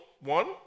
one